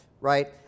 right